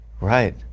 Right